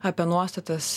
apie nuostatas